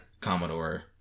commodore